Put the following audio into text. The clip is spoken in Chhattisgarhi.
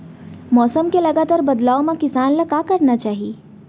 मौसम के लगातार बदलाव मा किसान ला का करना चाही?